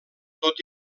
tot